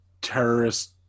terrorist